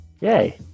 Yay